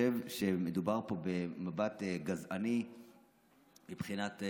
חושב שמדובר פה במבט גזעני מבחינת,